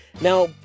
Now